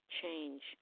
change